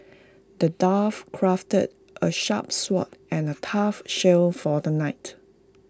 the dwarf crafted A sharp sword and A tough shield for the knight